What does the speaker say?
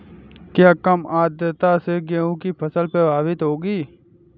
क्या कम आर्द्रता से गेहूँ की फसल प्रभावित होगी?